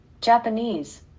Japanese